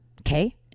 okay